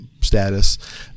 status